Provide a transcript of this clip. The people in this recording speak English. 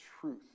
truth